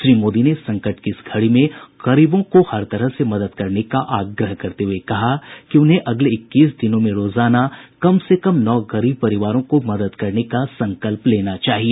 श्री मोदी ने संकट की इस घड़ी में गरीबों को हर तरह से मदद करने का आग्रह करते हुए कहा कि उन्हें अगले इक्कीस दिनों में रोजाना कम से कम नौ गरीब परिवारों को मदद करने का संकल्प लेना चाहिए